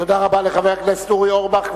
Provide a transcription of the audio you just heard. תודה רבה לחבר הכנסת אורי אורבך.